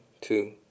two